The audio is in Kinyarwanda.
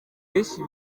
benshi